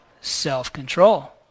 self-control